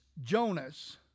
Jonas